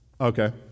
Okay